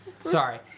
Sorry